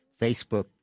Facebook